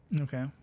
Okay